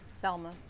Selma